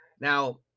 Now